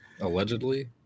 Allegedly